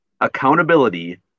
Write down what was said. accountability